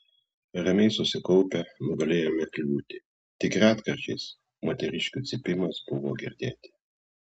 ramiai susikaupę nugalėjome kliūtį tik retkarčiais moteriškių cypimas buvo girdėti